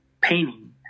painting